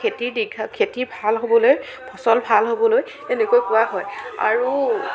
খেতিৰ দীঘ খেতি ভাল হ'বলৈ ফচল ভাল হ'বলৈ এনেকৈ কোৱা হয় আৰু